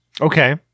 Okay